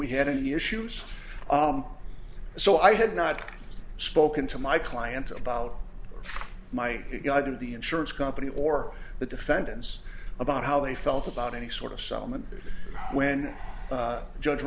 we had any issues so i had not spoken to my client about my either the insurance company or the defendants about how they felt about any sort of settlement when judge